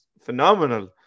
phenomenal